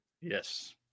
Yes